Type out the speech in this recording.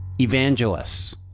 evangelists